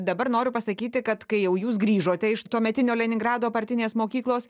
dabar noriu pasakyti kad kai jau jūs grįžote iš tuometinio leningrado partinės mokyklos